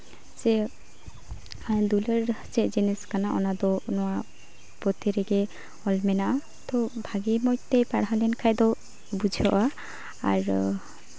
ᱡᱮ ᱫᱩᱞᱟᱹᱲ ᱪᱮᱫ ᱡᱤᱱᱤᱥ ᱠᱟᱱᱟ ᱚᱱᱟᱫᱚ ᱱᱚᱣᱟ ᱯᱩᱛᱷᱤ ᱨᱮᱜᱮ ᱚᱞ ᱢᱮᱱᱟᱜᱼᱟ ᱛᱳ ᱵᱷᱟᱜᱮ ᱢᱚᱡᱽᱛᱮ ᱯᱟᱲᱦᱟᱣ ᱞᱮᱱᱠᱷᱟᱡ ᱫᱚ ᱵᱩᱡᱷᱟᱹᱜᱼᱟ ᱟᱨ